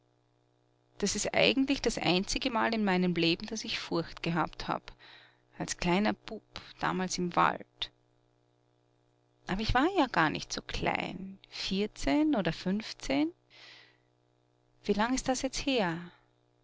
das ist eigentlich das einzigemal in meinem leben daß ich furcht gehabt hab als kleiner bub damals im wald aber ich war ja gar nicht so klein vierzehn oder fünfzehn wie lang ist das jetzt her